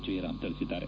ಜಯರಾಮ್ ತಿಳಿಸಿದ್ದಾರೆ